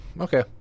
Okay